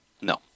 No